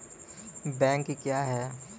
Bank क्या हैं?